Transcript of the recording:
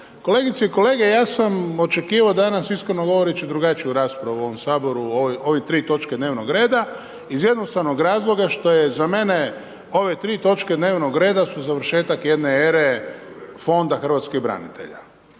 Kolegice i kolege, ja sam očekivao danas iskreno govoreći drugačiju raspravu u ovom Saboru, ove tri točke dnevnog reda iz jednostavnog razloga što je za mene ove tri točke dnevnog reda su završetak jedne ere Fonda hrvatskih branitelja.